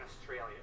Australia